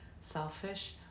selfish